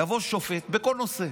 יבוא שופט, בכל נושא,